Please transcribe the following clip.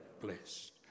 Blessed